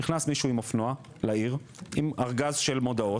נכנס מישהו עם אופנוע לעיר עם ארגז של מודעות.